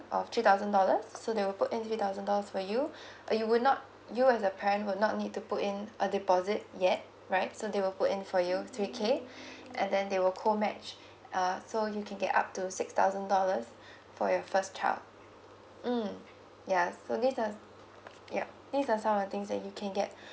of three thousand dollars so they will put in three thousand dollars for you you would not you as a parent would not need to put in a deposit yet right so they will put in for you three K and then they will co match uh so you can get up to six thousand dollars for your first child mm yeah so this uh yup these are some of the things that you can get